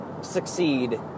succeed